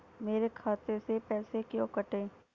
मेरे खाते से पैसे क्यों कटे?